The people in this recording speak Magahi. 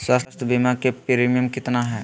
स्वास्थ बीमा के प्रिमियम कितना है?